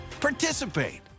participate